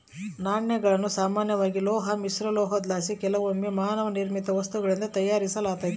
ನಾಣ್ಯಗಳನ್ನು ಸಾಮಾನ್ಯವಾಗಿ ಲೋಹ ಮಿಶ್ರಲೋಹುದ್ಲಾಸಿ ಕೆಲವೊಮ್ಮೆ ಮಾನವ ನಿರ್ಮಿತ ವಸ್ತುಗಳಿಂದ ತಯಾರಿಸಲಾತತೆ